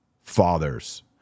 Fathers